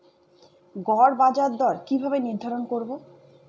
গড় বাজার দর কিভাবে নির্ধারণ করব?